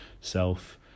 self